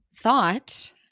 thought